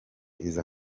iza